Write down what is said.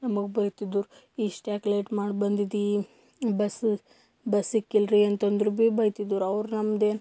ನಮಗೆ ಬೈತಿದ್ರು ಇಷ್ಟು ಯಾಕೆ ಲೇಟ್ ಮಾಡಿ ಬಂದಿದ್ದಿ ಬಸ್ ಬಸ್ ಸಿಕ್ಕಿಲ್ರಿ ಅಂತಂದ್ರು ಭೀ ಬೈತಿದ್ರು ಅವ್ರು ನಮ್ದೇನು